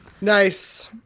Nice